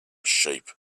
sheep